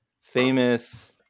famous